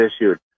issued